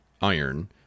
iron